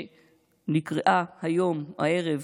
שנקראה הערב